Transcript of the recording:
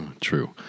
True